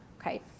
Okay